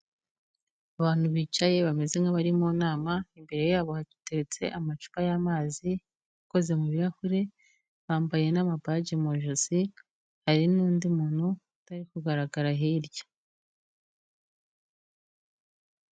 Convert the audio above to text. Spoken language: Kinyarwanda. Abantu bicaye bameze nk'abari mu nama, imbere yabo hateretse amacupa y'amazi akoze mu birarahure, bambaye n'amapaje mu josi, hari n'undi muntu utari kugaragara hirya.